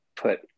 put